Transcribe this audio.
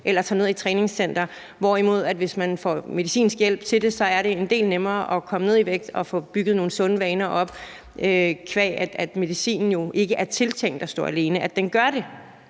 eller tager ned i et træningscenter, hvorimod det, hvis man får medicinsk hjælp til det, er en del nemmere at komme ned i vægt og få bygget nogle sunde vaner op, da medicinen jo ikke er tiltænkt at skulle stå alene. At den så i